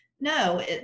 No